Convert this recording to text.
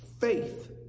Faith